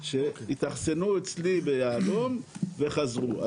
שהתאכסנו אצלי ביהלום וחזרו.